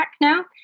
now